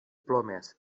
plomes